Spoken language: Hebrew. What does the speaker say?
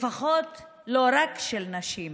לפחות לא רק של נשים.